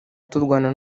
turwana